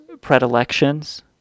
predilections